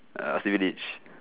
uh